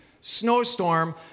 snowstorm